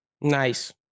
Nice